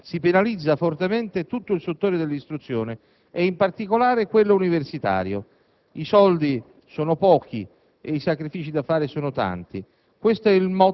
finanziaria, attualmente in discussione alla Camera, si penalizza fortemente tutto il settore dell'istruzione e in particolare quello universitario. I soldi sono pochi